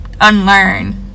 unlearn